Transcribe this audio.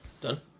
Done